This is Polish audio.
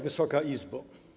Wysoka Izbo!